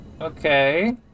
okay